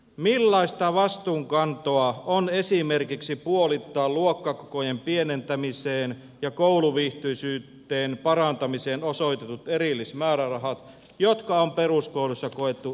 millaista vastuunkantoa on esimerkiksi puolittaa luokkakokojen pienentämiseen ja kouluviihtyisyyden parantamiseen osoitetut erillismäärärahat jotka on peruskoulussa koettu elintärkeinä